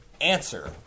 answer